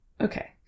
okay